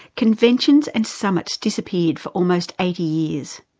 conventions and summits disappeared for almost eighty years.